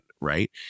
right